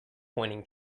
pointing